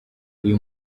uyu